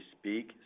speak